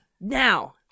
Now